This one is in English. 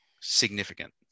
significant